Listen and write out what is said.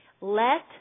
Let